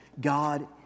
God